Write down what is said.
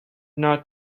not